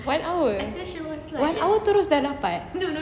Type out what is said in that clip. one hour one hour terus dah dapat